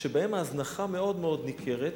שבהם ההזנחה מאוד מאוד ניכרת